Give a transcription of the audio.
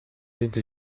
into